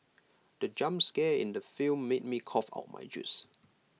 the jump scare in the film made me cough out my juice